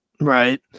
Right